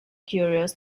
curious